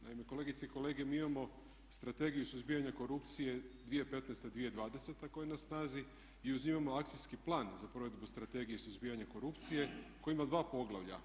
Naime, kolegice i kolege mi imamo Strategiju suzbijanja korupcije 2015.-2020. koja je na snazi i uz nju imamo akcijski plan za provedbu Strategije suzbijanja korupcije koji ima dva poglavlja.